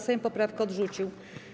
Sejm poprawkę odrzucił.